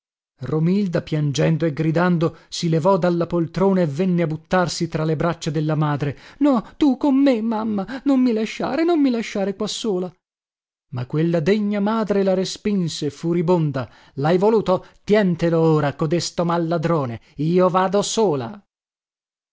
vattene romilda piangendo e gridando si levò dalla poltrona e venne a buttarsi tra le braccia della madre no tu con me mamma non mi lasciare non mi lasciare qua sola ma quella degna madre la respinse furibonda lhai voluto tientelo ora codesto mal ladrone io vado sola